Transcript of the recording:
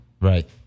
Right